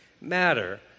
matter